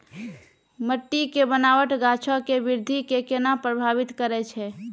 मट्टी के बनावट गाछो के वृद्धि के केना प्रभावित करै छै?